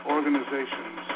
organizations